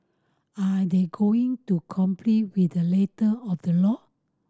are they going to comply with a letter of the law